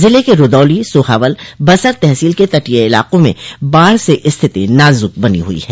जिले के रूदौली सोहावल बसर तहसील के तटीय इलाकों में बाढ़ से स्थिति नाजुक बनी हुई है